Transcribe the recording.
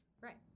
Right